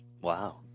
Wow